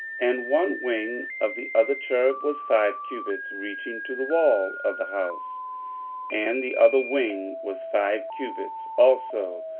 and one wing of the other cherub was five cubits, reaching to the wall of the house and the other wing was five cubits also,